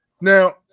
Now